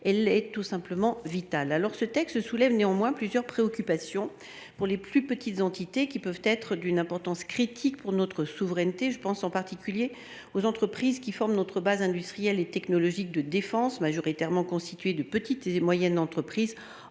elle est tout simplement vitale. Le texte est néanmoins source de préoccupation pour les plus petites entités, qui peuvent être d’une importance critique pour notre souveraineté. Je pense en particulier aux entreprises qui forment notre base industrielle et technologique de défense, aux côtés des grands groupes industriels